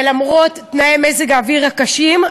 ולמרות תנאי מזג האוויר הקשים,